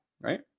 right